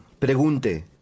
pregunte